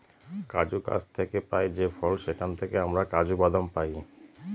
কাজু গাছ থেকে পাই যে ফল সেখান থেকে আমরা কাজু বাদাম পাই